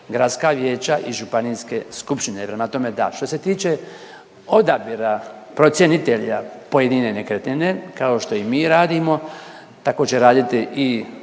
gradska vijeća i županijske skupštine. Prema tome da. Što se tiče odabira procjenitelja pojedine nekretnine, kao što i mi radimo, tako će raditi i